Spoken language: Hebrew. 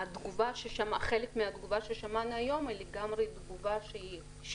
חלק מהתגובה ששמענו היום היא לגמרי שונה